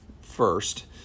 first